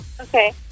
Okay